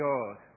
God